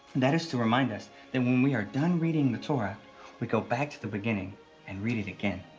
that is to remind us that when we are done reading the torah we go back to the beginning and read it again.